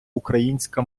українська